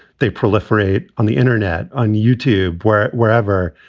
they proliferate on the internet, on youtube, where wherever.